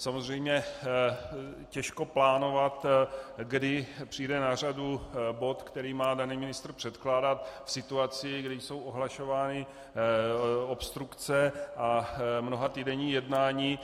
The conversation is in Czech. Samozřejmě těžko plánovat, kdy přijde na řadu bod, který má daný ministr předkládat v situaci, kdy jsou ohlašovány obstrukce a mnohatýdenní jednání.